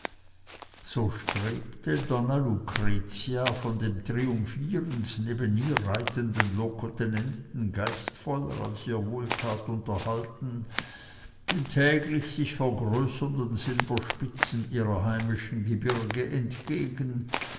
so strebte donna lucretia von dem triumphierend neben ihr reitenden locotenenten geistvoller als ihr wohltat unterhalten den täglich sich vergrößernden silberspitzen ihrer heimischen gebirge entgegen